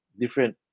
different